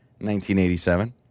1987